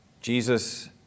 Jesus